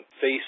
face